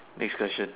next question